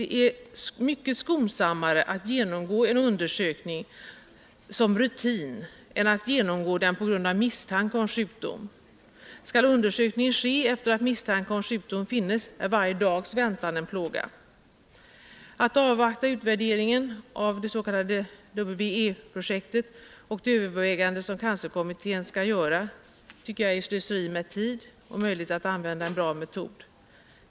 Det är mycket skonsammare att genomgå en undersökning som rutin än att genomgå den på grund av misstanke om sjukdom. Skall undersökning ske efter att misstanke om sjukdom finns är varje dags väntan en plåga, Att avvakta utvärderingen av W-E-projektet och de överväganden som cancerkommittén skall göra tycker jag är slöseri med tid och med möjlighet att använda en bra metod.